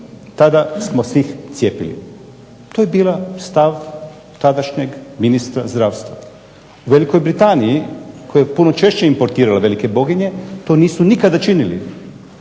tada smo se i cijepili. To je bio stav tadašnjeg ministra zdravstva. U Velikoj Britaniji koja je puno češće importirala velike boginje to nisu nikada činili